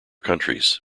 countries